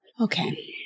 okay